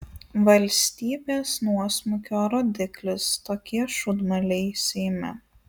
valstybės nuosmukio rodiklis tokie šūdmaliai seime